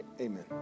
amen